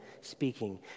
speaking